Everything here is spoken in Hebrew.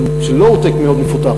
גם של low-tech מאוד מפותח.